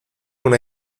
una